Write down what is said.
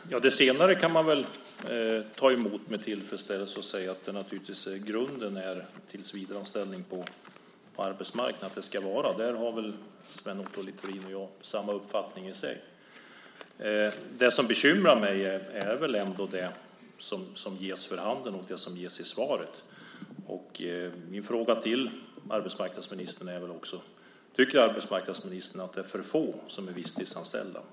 Fru talman! Det senare kan man väl ta emot med tillfredsställelse och säga att grunden på arbetsmarknaden naturligtvis är tillsvidareanställning. Det är så det ska vara. Där har väl Sven Otto Littorin och jag samma uppfattning i sig. Det som bekymrar mig är ändå det som ges för handen och det som ges i svaret. Mina frågor till arbetsmarknadsministern är också: Tycker arbetsmarknadsministern att det är för få som är visstidsanställda?